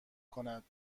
کند